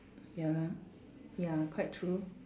ya lah ya quite true